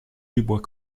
dubois